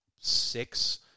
six